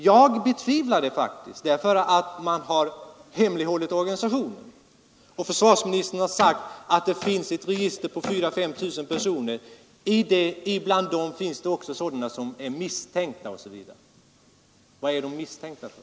Jag betvivlar det faktiskt, eftersom man har hemlighållit Organisationen. Och försvarsministern har ändå sagt att det finns ett register på 4 000—-5 000 personer och att det bland dem också finns sådana som är misstänkta osv. Vad är de misstänkta för?